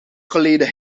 geleden